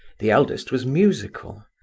the eldest was musical,